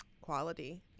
quality